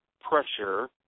Pressure